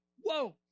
Whoa